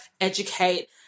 educate